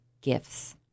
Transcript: gifts